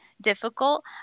difficult